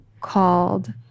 called